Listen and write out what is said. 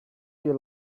you